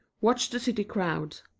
watch the city crowds,